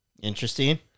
Interesting